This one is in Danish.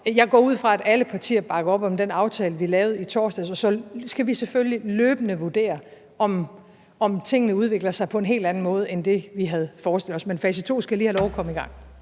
jeg går ud fra, at alle partier bakker op om den aftale, vi lavede i torsdags. Og så skal vi selvfølgelig løbende vurdere, om tingene udvikler sig på en helt anden måde end det, vi havde forestillet os. Men fase to skal lige have lov at komme i gang.